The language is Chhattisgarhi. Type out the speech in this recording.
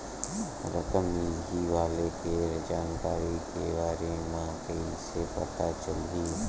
रकम मिलही वाले के जानकारी के बारे मा कइसे पता चलही?